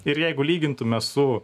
ir jeigu lygintume su